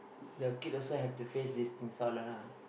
the kid also have to face these things all lah